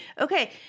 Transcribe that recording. Okay